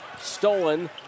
stolen